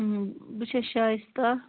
بہٕ چھَس شایِستہ